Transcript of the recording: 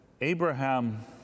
Abraham